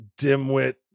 dimwit